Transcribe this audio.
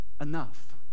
enough